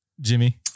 Jimmy